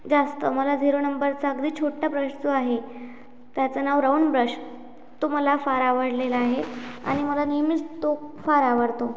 जास्त मला झिरो नंबरचा अगदी छोटा ब्रश जो आहे त्याचं नाव राऊंड ब्रश तो मला फार आवडलेला आहे आणि मला नेहमीच तो फार आवडतो